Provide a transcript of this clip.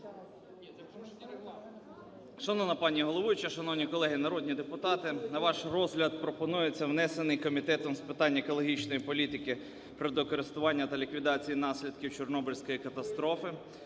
Шановна пані головуюча, шановні колеги народні депутати, на ваш розгляд пропонується внесений Комітетом з питань екологічної політики, природокористування та ліквідації наслідків Чорнобильської катастрофи